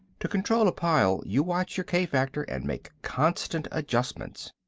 to control a pile you watch your k-factor and make constant adjustments.